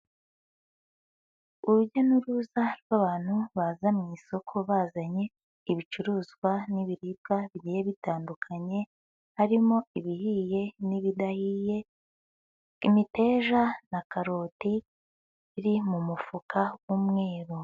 Urujya n'uruza rw'abantu baza mu isoko bazanye ibicuruzwa n'ibiribwa bigiye bitandukanye, harimo ibihiye n'ibidahiye, imiteja na karoti biri mu mufuka w'umweru.